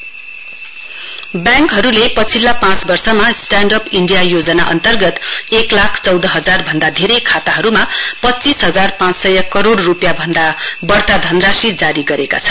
standoff scheme ब्याङ्कहरूले पछिल्ला पाँच वर्षमा स्टाण्डअप इण्डिया योजना अन्तर्गत एक लाख चौध हजार भन्दा धेरै खाताहरूमा पच्चीस हजार पाँच सय करोड रूपियाँ भन्दा बढता धनराशी जारी गरेको छन्